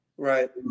Right